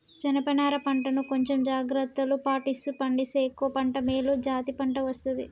జనప నారా పంట ను కొంచెం జాగ్రత్తలు పాటిస్తూ పండిస్తే ఎక్కువ పంట మేలు జాతి పంట వస్తది